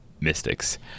Mystics